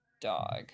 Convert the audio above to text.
dog